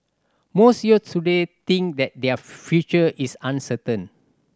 most youths today think that their future is uncertain